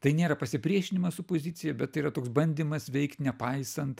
tai nėra pasipriešinimas opozicijai bet tai yra toks bandymas veikt nepaisant